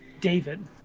David